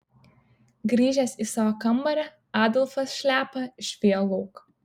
grįžęs į savo kambarį adolfas šliapą išvijo lauk